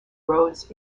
roads